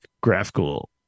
graphical